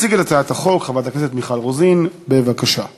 לקריאה ראשונה.